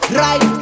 right